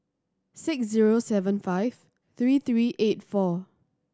six zero seven five three three eight four